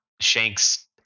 Shanks